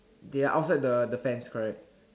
they are outside the fence correct